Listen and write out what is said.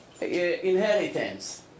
inheritance